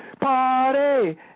Party